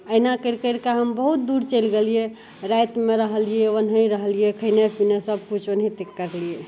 अइना करि करिकऽ हम बहुत दूर चैलि गेलियै रातिमे रहलियै ओनही रहलियै खैनै पिनाइ सभकुछ ओनाहिते का देलियै